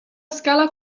escala